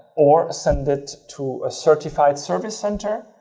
or send it to a certified service center.